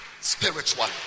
spiritually